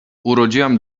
urodziłam